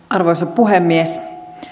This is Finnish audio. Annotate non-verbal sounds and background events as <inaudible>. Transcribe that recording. <unintelligible> arvoisa puhemies